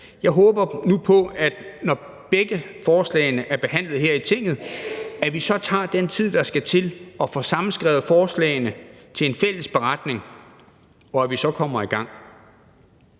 Jeg håber nu på, at vi, når begge forslagene er behandlet her i Tinget, så tager den tid, der skal til, og får sammenskrevet forslagene til en fælles beretning, og at vi så kommer i gang.